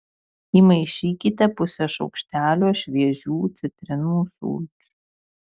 įmaišykite pusę šaukštelio šviežių citrinų sulčių